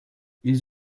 ils